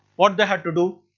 what they had to do.